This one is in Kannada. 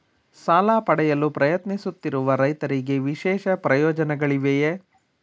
ಸಾಲ ಪಡೆಯಲು ಪ್ರಯತ್ನಿಸುತ್ತಿರುವ ರೈತರಿಗೆ ವಿಶೇಷ ಪ್ರಯೋಜನಗಳಿವೆಯೇ?